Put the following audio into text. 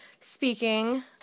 speaking